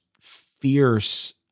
fierce